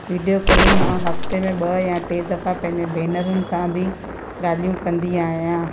video calling मां हफ़्ते में ॿ या टे दफ़ा पंहिंजे भेनरुनि सां बि ॻाल्हियूं कंदी आहियां